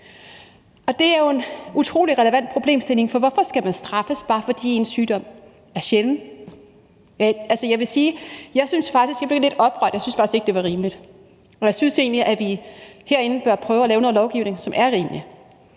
det er jo en utrolig relevant problemstilling, for hvorfor skal man straffes, bare fordi ens sygdom er sjælden? Altså, jeg vil sige, at jeg faktisk blev lidt oprørt; jeg synes faktisk, ikke det er rimeligt. Og jeg synes egentlig, at vi herinde bør prøve at lave noget lovgivning, som er rimelig.